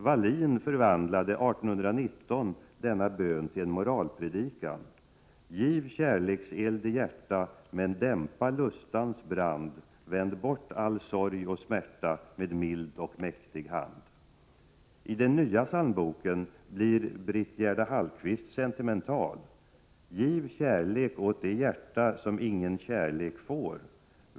Wallin förvandlade 1819 denna bön till en moralpredikan: ”Giv kärlekseld i hjärta, men dämpa lustans brand; vänd bort all sorg och smärta med mild och mäktig hand.” I den nya psalmboken blir Britt Gerda Hallqvist sentimental: ”Giv kärlek åt det hjärta som ingen kärlek får.